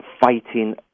fighting